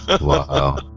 Wow